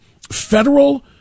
federal